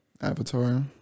Avatar